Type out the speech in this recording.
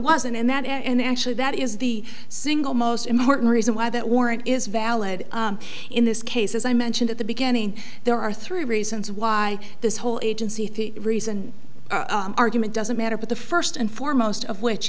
wasn't and that and actually that is the single most important reason why that warrant is valid in this case as i mentioned at the beginning there are three reasons why this whole agency reasoned argument doesn't matter but the first and foremost of which